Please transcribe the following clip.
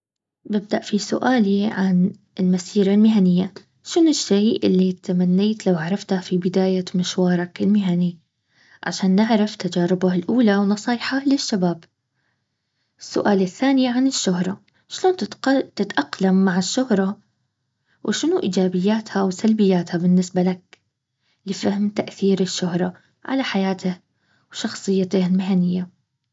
ببدأ في سؤالي عن المسيرة المهنية شنو الشيء اللي تمنيت لو عرفته في بداية مشوارك المهني عشان نعرف تجاربه الاولى ونصايحه للشباب.،السؤال الثاني عن الشهرة شلون تتقل- تتأقلم مع الشهرة وشنو ايجابيتها وسلبياتها بالنسبة لك لفهم تأثير الشهرة على حياته. وشخصيته المهنية